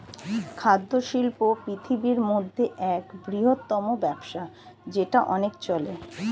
খাদ্য শিল্প পৃথিবীর মধ্যে এক বৃহত্তম ব্যবসা যেটা অনেক চলে